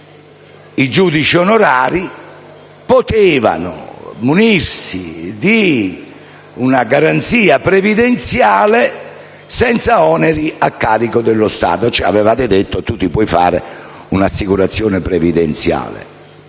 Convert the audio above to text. i giudici onorari potevano munirsi di una garanzia previdenziale senza oneri a carico dello Stato. Avevate cioè detto che potevano farsi un'assicurazione previdenziale.